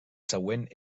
següent